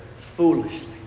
foolishly